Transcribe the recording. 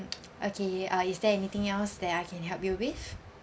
okay uh is there anything else that I can help you with